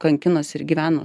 kankinosi ir gyveno